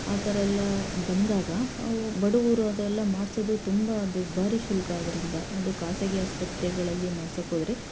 ಆ ಥರ ಎಲ್ಲ ಬಂದಾಗ ಬಡವ್ರು ಅದೆಲ್ಲ ಮಾಡಿಸೋದು ತುಂಬ ದುಬಾರಿ ಶುಲ್ಕ ಆದ್ದರಿಂದ ಅದು ಖಾಸಗಿ ಆಸ್ಪತ್ರೆಗಳಲ್ಲಿ ಮಾಡ್ಸಕ್ಕೆ ಹೋದರೆ